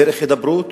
דרך הידברות,